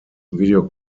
video